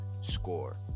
SCORE